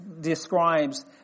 describes